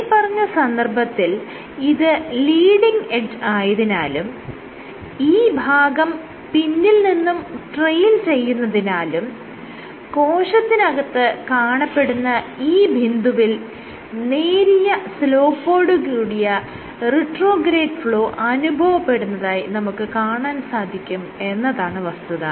മേല്പറഞ്ഞ സന്ദർഭത്തിൽ ഇത് ലീഡിങ് എഡ്ജ് ആയതിനാലും ഈ ഭാഗം പിന്നിൽ നിന്നും ട്രെയിൽ ചെയ്യുന്നതിനാലും കോശത്തിനകത്ത് കാണപ്പെടുന്ന ഈ ബിന്ദുവിൽ നേരിയ സ്ലോപ്പോടുകൂടിയ റിട്രോഗ്രേഡ് ഫ്ലോ അനുഭവപ്പെടുന്നതായി നമുക്ക് കാണാൻ സാധിക്കും എന്നതാണ് വസ്തുത